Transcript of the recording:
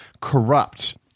corrupt